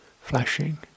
flashing